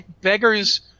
beggars